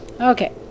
Okay